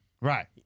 Right